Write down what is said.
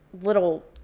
little